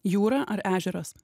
jūra ar ežeras